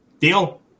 Deal